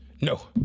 No